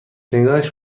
شنیدنش